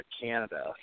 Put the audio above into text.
Canada